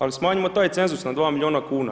Ali smanjimo taj cenzus na 2 milijuna kuna.